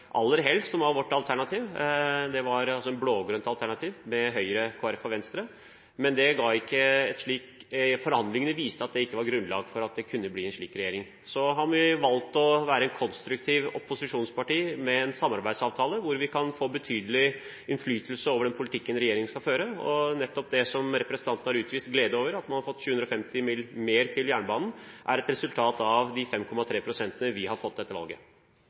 aller helst av det som var vårt alternativ, et blå-grønt alternativ med Høyre, Kristelig Folkeparti og Venstre, men forhandlingene viste at det ikke var grunnlag for at det kunne bli en slik regjering. Vi har valgt å være et konstruktivt opposisjonsparti med en samarbeidsavtale hvor vi kan få betydelig innflytelse over den politikken regjeringen skal føre. Nettopp det som representanten har utvist glede over, at man har fått 750 mill. kr mer til jernbanen, er et resultat av de 5,3 prosentene vi fikk ved dette valget.